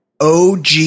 OG